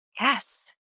yes